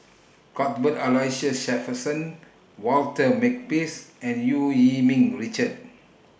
Cuthbert Aloysius Shepherdson Walter Makepeace and EU Yee Ming Richard